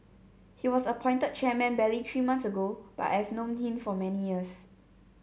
he was appointed chairman barely three months ago but I have known him for many years